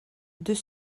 deux